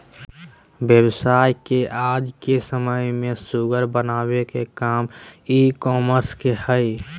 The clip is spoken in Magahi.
व्यवसाय के आज के समय में सुगम बनावे के काम ई कॉमर्स के हय